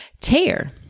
tear